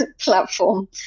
platform